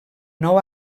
nou